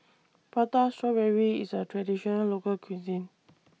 Prata Strawberry IS A Traditional Local Cuisine